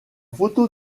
photo